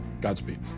Godspeed